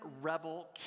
Rebel